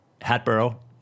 Hatboro